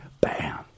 Bam